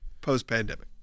post-pandemic